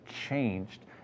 changed